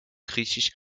griechisch